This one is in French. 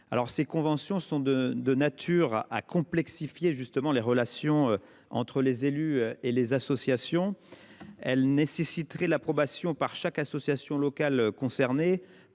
Or ces conventions sont de nature à complexifier les relations entre les élus et les associations. Elles nécessiteraient l’approbation par chaque association locale concernée.